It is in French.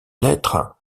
lettres